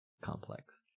complex